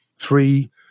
three